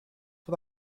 for